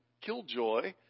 killjoy